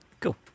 Cool